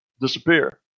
disappear